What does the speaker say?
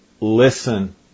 listen